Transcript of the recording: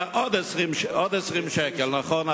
אז זה לא במקום 7 שקלים אלא עוד 20 שקל, נכון.